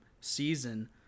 season